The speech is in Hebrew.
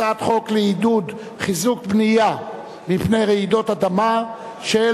הצעת חוק לעידוד חיזוק בנייה מפני רעידות אדמה (תיקוני חקיקה),